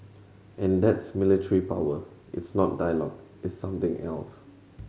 and that's military power it's not dialogue it's something else